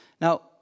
Now